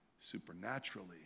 supernaturally